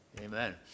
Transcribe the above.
Amen